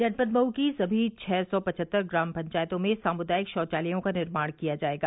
जनपद मऊ की सभी छह सौ पचहत्तर ग्राम पंचायतों में सामुदायिक शौचालयों का निर्माण किया जायेगा